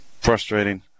frustrating